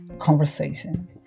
conversation